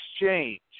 exchange